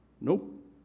Nope